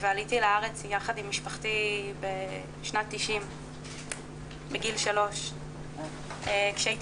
ועליתי לארץ יחד עם משפחתי בשנת 1990 בגיל 3. כשהייתי